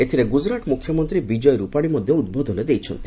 ଏଥିରେ ଗୁଜରାଟ ମୁଖ୍ୟମନ୍ତ୍ରୀ ବିଜୟ ରୁପାଣି ମଧ୍ୟ ଉଦ୍ବୋଧନ ଦେଇଛନ୍ତି